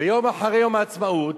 ויום אחרי יום העצמאות,